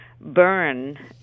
burn